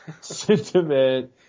sentiment